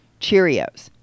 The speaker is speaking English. Cheerios